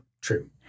true